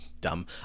Dumb